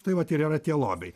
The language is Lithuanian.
tai vat ir yra tie lobiai